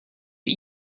für